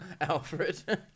alfred